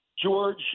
George